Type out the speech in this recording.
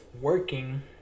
working